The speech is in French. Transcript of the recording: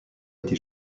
été